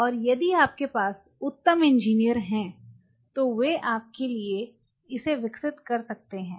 और यदि आपके पास उत्तम इंजीनियर हैं तो वे आपके लिए इसे विकसित कर सकते हैं